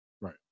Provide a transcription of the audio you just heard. right